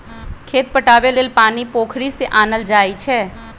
खेत पटाबे लेल पानी पोखरि से आनल जाई छै